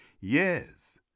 yes